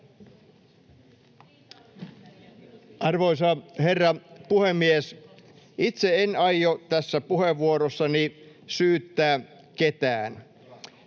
Arvoisa herra puhemies! Itse en aio tässä puheenvuorossani syyttää ketään.